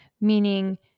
meaning